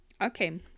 Okay